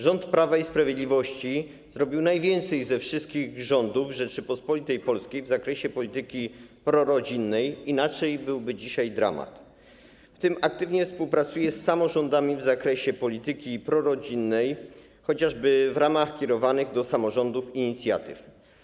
Rząd Prawa i Sprawiedliwości robi najwięcej ze wszystkich rządów Rzeczypospolitej Polskiej w zakresie polityki prorodzinnej - inaczej dzisiaj byłby dramat - w tym aktywnie współpracuje z samorządami w zakresie polityki prorodzinnej, chociażby w ramach kierowanych do samorządów inicjatyw.